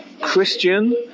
Christian